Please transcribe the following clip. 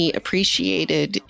appreciated